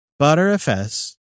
ButterFS